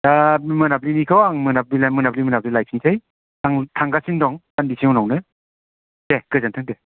मोनाबिलिनिखौ आङो मोनाबिलि मोनाबिलि मोनाबिलि लायफिननोसै आं थांगासिनो दं दान्दिसे उनावनो दे गोजोन्थों दे